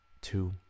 two